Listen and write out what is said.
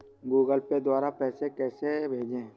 Google Pay द्वारा पैसे कैसे भेजें?